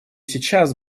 сейчас